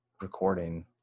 recording